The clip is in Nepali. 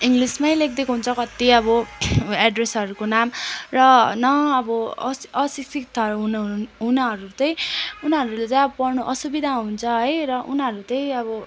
इङ्लिसमै लेखिदिएको हुन्छ कत्ति अब एड्रेसहरूको नाम र न अब अ अशिक्षितहरू हुना हुनाहरू त्यही उनीहरूले जब पढ्न असुविधा हुन्छ है र उनीहरू त्यही अब